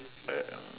uh